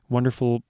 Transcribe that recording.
wonderful